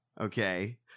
Okay